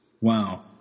Wow